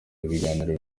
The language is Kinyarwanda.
ibiganiro